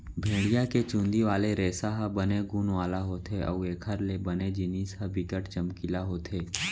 भेड़िया के चुंदी वाले रेसा ह बने गुन वाला होथे अउ एखर ले बने जिनिस ह बिकट चमकीला होथे